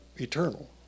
eternal